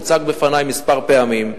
הוצגו בפני כמה פעמים,